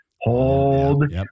hold